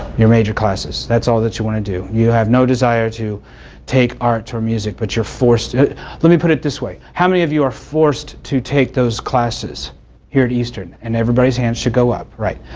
you major classes? that's all that you want to do. you have no desire to take arts, or music, but you are forced let me put it this way. how many of you are forced to take those classes here at eastern, and everybody's hand should go up. right.